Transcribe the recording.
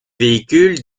véhicules